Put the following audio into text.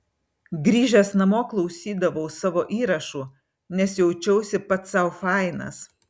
grįžęs namo klausydavau savo įrašų nes jaučiausi pats sau fainas